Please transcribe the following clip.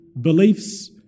beliefs